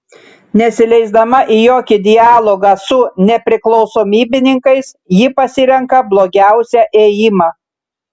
nesileisdama į jokį dialogą su nepriklausomybininkais ji pasirenka blogiausią ėjimą